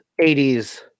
80s